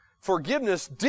forgiveness